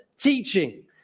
teaching